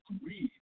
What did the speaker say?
agreed